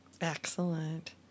Excellent